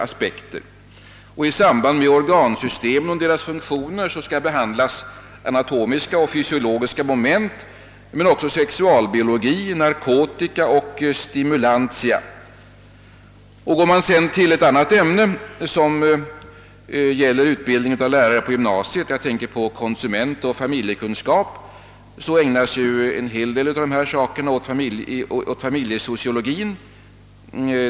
I samband med organsystemen och deras funktioner skall behandlas anatomiska och fysiologiska moment men även sexualbiologi, narkotika och stimulantia. Vid utbildningen i konsumentoch familjekunskap för lärare på gymnasiet ägnas en hel del tid åt familjesociologin.